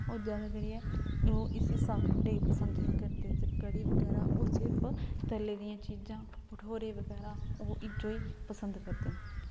ओह् जादैतर इसी साग डोडे गी पसंद निं करदे ते कढ़ी बगैरा ओह् सिर्फ तली दियां चीज़ां भठोरै बगैरा ओह् एह् जेही चीज़ां पसंद करदे न